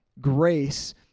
grace